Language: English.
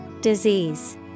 Disease